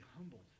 humbled